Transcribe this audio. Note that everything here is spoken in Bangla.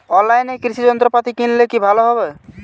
অনলাইনে কৃষি যন্ত্রপাতি কিনলে কি ভালো হবে?